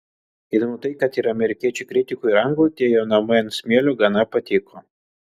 įdomu tai kad ir amerikiečiui kritikui ir anglui tie jo namai ant smėlio gana patiko